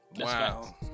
Wow